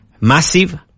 massive